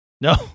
no